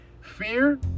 Fear